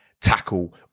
Tackle